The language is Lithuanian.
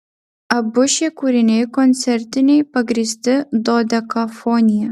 abu šie kūriniai koncertiniai pagrįsti dodekafonija